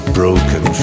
broken